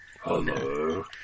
Hello